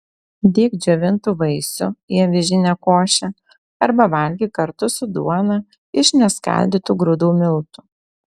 dėk džiovintų vaisių į avižinę košę arba valgyk kartu su duona iš neskaldytų grūdų miltų